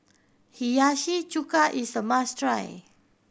Hiyashi Chuka is a must try